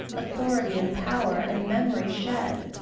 authority, and power, and memory shed?